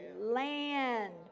land